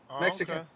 Mexican